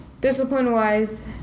discipline-wise